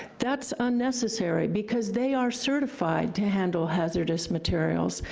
that's unnecessary, because they are certified to handle hazardous materials.